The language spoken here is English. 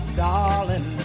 darling